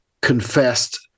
confessed